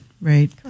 right